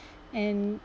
and